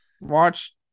Watch